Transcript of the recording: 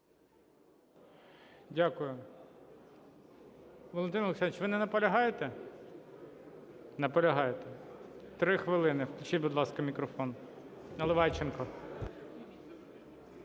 Дякую. Валентин Олександрович, ви не наполягаєте? Наполягаєте. 3 хвилини. Включіть, будь ласка, мікрофон. 15:45:32